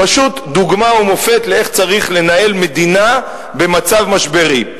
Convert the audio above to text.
פשוט דוגמה ומופת לאיך צריך לנהל מדינה במצב משברי.